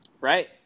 Right